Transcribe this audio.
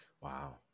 wow